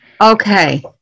Okay